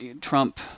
Trump